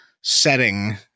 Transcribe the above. setting